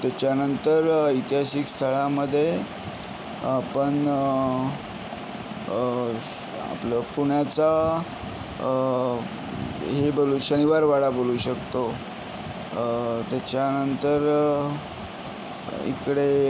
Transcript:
त्याच्यानंतर ऐतिहासिक स्थळामध्ये आपण आपलं पुण्याचा हे बोलू शनिवारवाडा बोलू शकतो त्याच्यानंतर इकडे